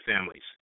families